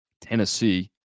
Tennessee